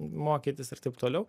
mokytis ir taip toliau